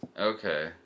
Okay